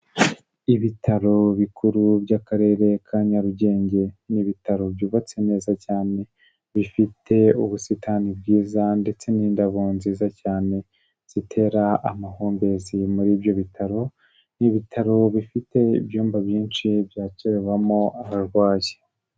Ibitaro bikuru by'Akarere ka Nyarugenge. Ni ibitaro byubatse neza cyane, bifite ubusitani bwiza ndetse n'indabo nziza cyane zitera amahumbezi muri ibyo bitaro. Ni ibitaro bifite ibyumba byinshi byakirirwamo abarwayi.